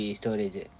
storage